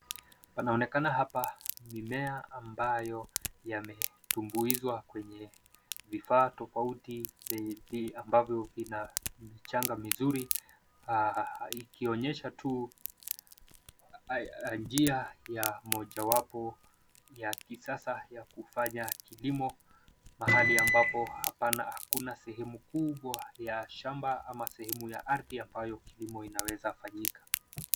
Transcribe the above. Panaonekana hapa mimea ambayo yametumbuizwa kwenye vifaa tofauti ambavyo vina michanga vizuri ikionyesha tu njia ya mojawapo ya kisasa ya kufanya kilimo mahali ambapo hakuna sehemu kubwa ya shamba au sehemu ya ardhi ambayo kilimo inaweza kufanyika.